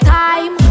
time